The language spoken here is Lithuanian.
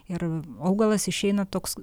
ir augalas išeina toks